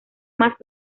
más